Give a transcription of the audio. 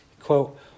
quote